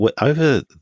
Over